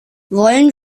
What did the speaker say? wollen